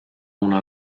una